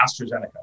AstraZeneca